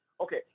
Okay